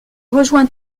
rejoins